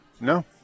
No